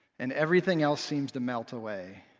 and everything else seems to melt away.